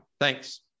Thanks